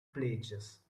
places